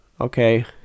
okay